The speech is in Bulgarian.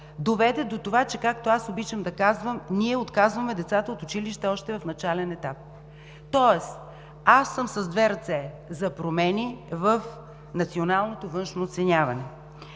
доведе до това, че – както аз обичам да казвам, ние отказваме децата от училище още в начален етап. Аз съм с две ръце за промени в националното външно оценяване.